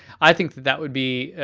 i think that that would be,